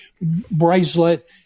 bracelet